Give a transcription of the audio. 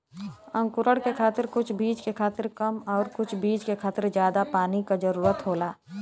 अंकुरण के खातिर कुछ बीज के खातिर कम आउर कुछ बीज के खातिर जादा पानी क जरूरत होला